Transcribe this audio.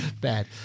Bad